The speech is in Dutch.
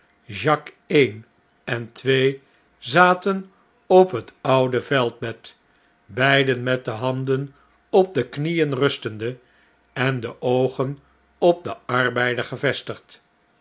jacques een en twee zaten op het oude veldbed beiden met de handen op de knieen rustende en de oogen op den arbeider gevestigd